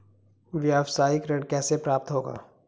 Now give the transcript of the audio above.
व्यावसायिक ऋण कैसे प्राप्त होगा?